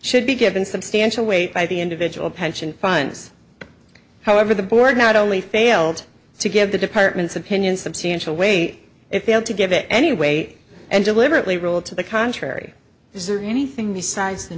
should be given substantial weight by the individual pension funds however the board not only failed to give the department's opinion substantial weight if they fail to give it any weight and deliberately roll to the contrary is there anything besides the